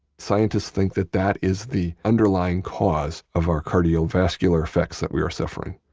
scientists think that that is the underlying cause of our cardiovascular effects that we are suffering